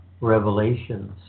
revelations